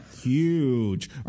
Huge